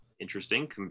interesting